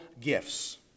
gifts